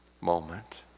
moment